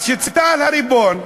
אז צה"ל הריבון,